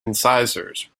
incisors